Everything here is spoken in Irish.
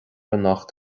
anocht